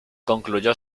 concluyó